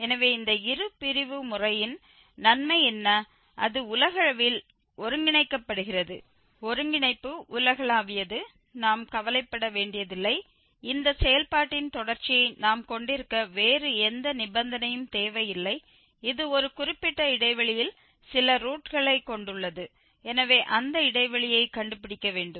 எனவே இந்த இருபிரிவு முறையின் நன்மை என்ன அது உலகளவில் ஒருங்கிணைக்கப்படுகிறது ஒருங்கிணைப்பு உலகளாவியது நாம் கவலைப்பட வேண்டியதில்லை இந்த செயல்பாட்டின் தொடர்ச்சியை நாம் கொண்டிருக்க வேறு எந்த நிபந்தனையும் தேவையில்லை இது ஒரு குறிப்பிட்ட இடைவெளியில் சில ரூட்களைக் கொண்டுள்ளது எனவே அந்த இடைவெளியைக் கண்டுபிடிக்க வேண்டும்